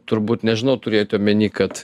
turbūt nežinau turėjot omeny kad